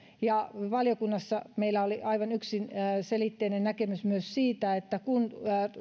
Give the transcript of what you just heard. ja valiokunnassa meillä oli aivan yksiselitteinen näkemys myös siitä että kun